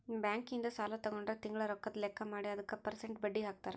bank ಇಂದ ಸಾಲ ತಗೊಂಡ್ರ ತಿಂಗಳ ರೊಕ್ಕದ್ ಲೆಕ್ಕ ಮಾಡಿ ಅದುಕ ಪೆರ್ಸೆಂಟ್ ಬಡ್ಡಿ ಹಾಕ್ತರ